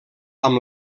amb